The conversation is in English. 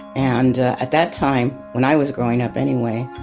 and at that time, when i was growing up anyway,